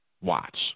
Watch